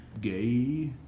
Gay